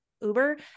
Uber